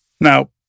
Now